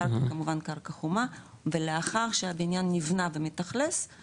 הקרקע היא כמובן קרקע חומה ולאחר שהבניין נבנה ומתאכלס,